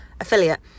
affiliate